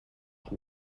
each